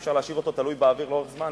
אי-אפשר להשאיר אותו תלוי באוויר לאורך זמן,